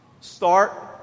start